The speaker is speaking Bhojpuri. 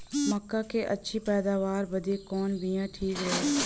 मक्का क अच्छी पैदावार बदे कवन बिया ठीक रही?